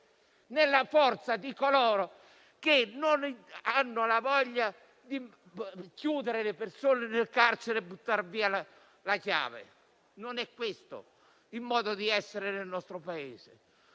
nella forza di coloro che non hanno voglia di chiudere le persone in carcere e buttar via la chiave; non è questo il modo di essere del nostro Paese.